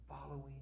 following